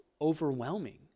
overwhelming